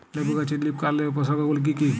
লেবু গাছে লীফকার্লের উপসর্গ গুলি কি কী?